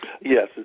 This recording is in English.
Yes